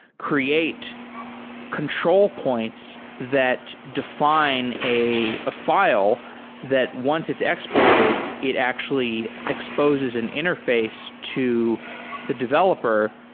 create control points that define a ah file that once it's exported, it actually exposes an interface to the developer,